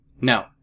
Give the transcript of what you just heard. No